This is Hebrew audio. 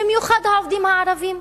במיוחד העובדים הערבים,